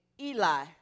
Eli